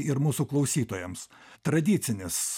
ir mūsų klausytojams tradicinis